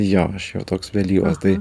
jo aš jau toks vėlyvas tai